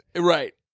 right